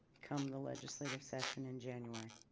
come the legislative session in january